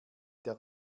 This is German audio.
der